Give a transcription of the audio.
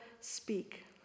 speak